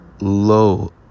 low